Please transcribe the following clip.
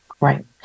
Right